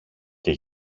και